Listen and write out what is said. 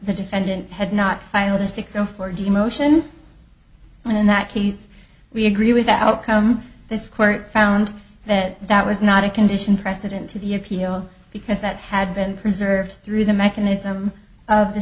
the defendant had not filed a six o four d motion and in that case we agree with that outcome this court found that that was not a condition precedent to be appealed because that had been preserved through the mechanism of the